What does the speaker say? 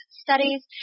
studies